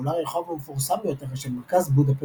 ואולי הרחוב המפורסם ביותר של מרכז בודפשט,